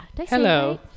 Hello